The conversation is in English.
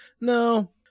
No